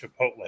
Chipotle